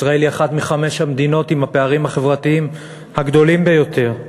ישראל היא אחת מחמש המדינות עם הפערים החברתיים הגדולים ביותר.